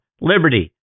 Liberty